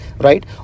right